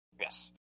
Yes